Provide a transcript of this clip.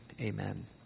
amen